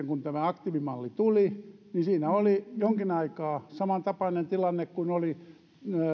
kun tämä aktiivimalli tuli siinä oli jonkin aikaa samantapainen tilanne kuin oli